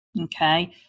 Okay